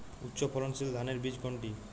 উচ্চ ফলনশীল ধানের বীজ কোনটি?